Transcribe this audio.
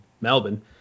Melbourne